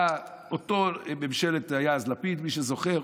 היה אז לפיד, מי שזוכר.